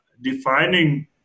defining